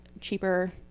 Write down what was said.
cheaper